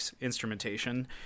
instrumentation